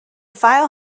file